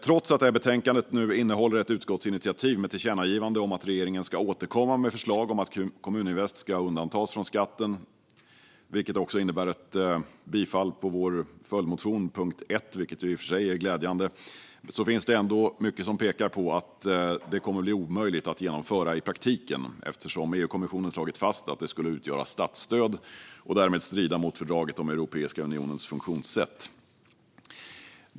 Trots att detta betänkande nu innehåller ett utskottsinitiativ med ett tillkännagivande om att regeringen ska återkomma med förslag om att Kommuninvest ska undantas från skatten - vilket också innebär ett bifall till punkt 1 i vår följdmotion, något som i och för sig är glädjande - pekar mycket ändå på att detta kommer att bli omöjligt att genomföra i praktiken eftersom EU-kommissionen slagit fast att det skulle utgöra statsstöd och därmed strida mot fördraget om Europeiska unionens funktionssätt.